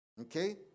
Okay